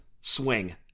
swing